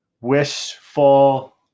wishful